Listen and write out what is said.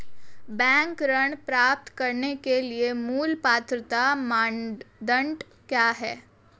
Bank ऋण प्राप्त करने के लिए मूल पात्रता मानदंड क्या हैं?